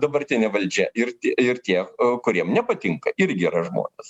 dabartinė valdžia ir ir tie kuriem nepatinka irgi yra žmonės